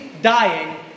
Dying